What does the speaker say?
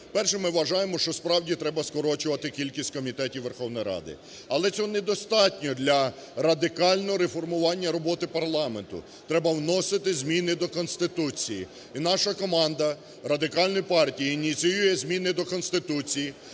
По-перше, ми вважаємо, що справді треба скорочувати кількість комітетів Верховної Ради. Але цього недостатньо для радикального реформування роботи парламенту. Треба вносити зміни до Конституції. І наша команда Радикальної партії ініціює зміни до Конституції,